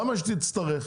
למה שתצטרך?